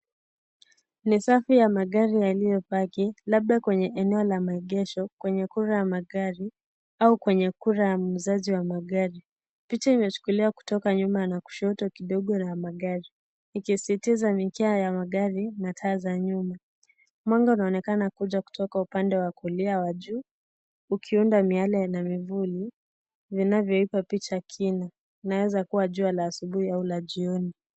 Ni safi ya magari yaliyo paki labda kwenye eneo la maegesho kwenye kura ya magari au kwenye kura ya mzazi wa magari, picha imechukiliwa kutoka nyuma na kushoto kidogo na magari ikisisitiza ni mikia ya magari na taa za nyuma mwanga unaonekana kuja kutoka upande wa kulia wa juu ukiunda miale na mivuli vinayoipa picha kini linaeza kuwa jua la asubuhi au la jioni.